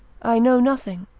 i know nothing,